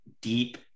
deep